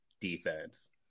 defense